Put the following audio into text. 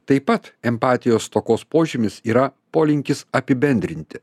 taip pat empatijos stokos požymis yra polinkis apibendrinti